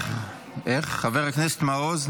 חבר הכנסת מעוז,